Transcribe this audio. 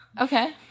Okay